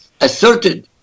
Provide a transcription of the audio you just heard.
asserted